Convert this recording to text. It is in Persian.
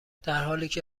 درحالیکه